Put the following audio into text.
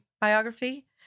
biography